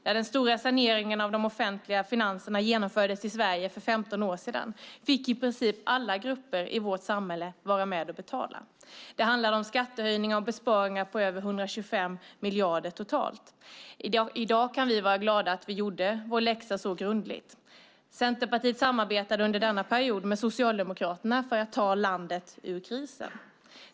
När den stora saneringen av de offentliga finanserna genomfördes i Sverige för 15 år sedan fick i princip alla grupper i vårt samhälle vara med och betala. Det handlade om skattehöjningar och besparingar på över 125 miljarder totalt. I dag kan vi vara glada över att vi gjorde vår läxa så grundligt. Centerpartiet samarbetade under denna period med Socialdemokraterna för att ta landet ur krisen.